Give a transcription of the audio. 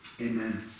Amen